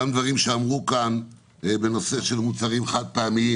גם דברים שאמרו כאן בנושא של מוצרים חד פעמיים